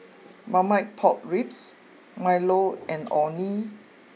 Marmite Pork Ribs Milo and Orh Nee